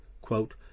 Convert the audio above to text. quote